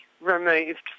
removed